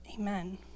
Amen